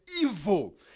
evil